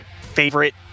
favorite